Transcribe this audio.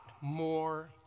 more